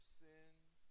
sins